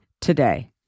today